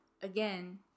again